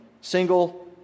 single